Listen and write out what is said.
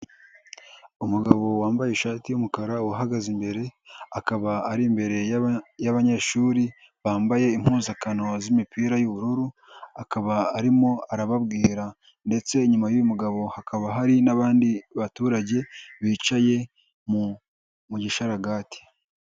Umugabo wambaye ishati y'umukara uhagaze imbere, akaba ari imbere y'abanyeshuri bambaye impuzankano z'imipira y'ubururu, akaba arimo arababwira ndetse inyuma y'uyu mugabo hakaba hari n'abandi baturage bicaye mu gisharagati.